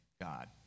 God